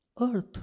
Earth